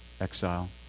exile